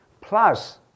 Plus